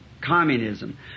communism